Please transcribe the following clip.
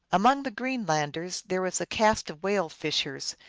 among the greenlanders there is a caste of whale-fishers,